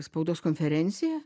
spaudos konferenciją